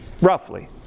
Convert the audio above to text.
roughly